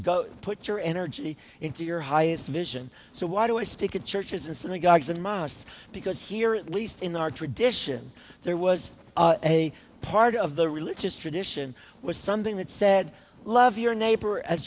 put your energy into your highest vision so why do i speak in churches and synagogues and mosques because here at least in our tradition there was a part of the religious tradition was something that said love your neighbor as